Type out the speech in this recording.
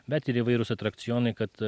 bet ir įvairūs atrakcionai kad